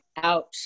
out